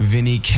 Vinny